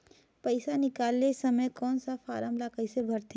पइसा निकाले समय कौन सा फारम ला कइसे भरते?